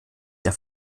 der